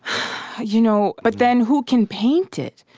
you know but then who can paint it?